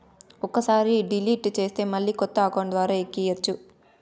ఒక్కసారి డిలీట్ చేస్తే మళ్ళీ కొత్త అకౌంట్ ద్వారా ఎక్కియ్యచ్చు